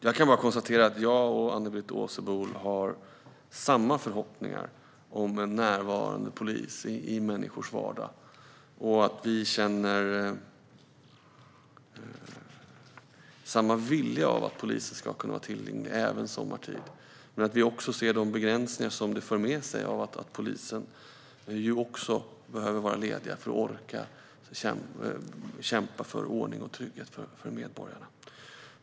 Jag kan konstatera att jag och Ann-Britt Åsebol har samma förhoppningar om en närvarande polis i människors vardag och att vi känner samma vilja att polisen ska kunna vara tillgänglig även sommartid, men att vi också ser de begränsningar som det för med sig att även poliser behöver vara lediga för att orka kämpa för ordning och trygghet för medborgarna.